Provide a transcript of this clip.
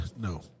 No